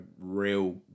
real